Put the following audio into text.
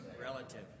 relative